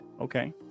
Okay